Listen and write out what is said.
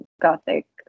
gothic